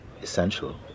essential